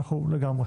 לגמרי.